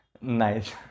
nice